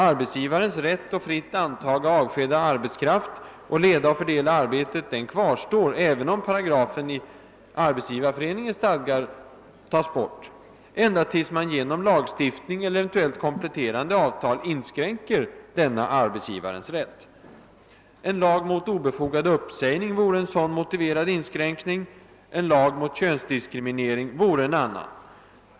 Arbetsgivarens rätt att fritt antaga och avskeda arbetskraft samt leda och fördela arbetet kvarstår även om denna paragraf i — Arbetsgivareföreningens stadgar avskaffas — den kvarstår ända tills man genom <lagstiftning, eller eventuellt kompletterande avtal, inskränker denna arbetsgivarens rätt. En lag mot obefogad uppsägning vore en sådan motiverad inskränkning. En lag mot könsdiskriminering vore en annan.